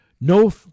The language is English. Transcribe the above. no